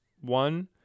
one